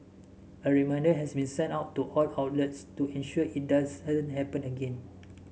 a reminder has been sent out to all outlets to ensure it does happen again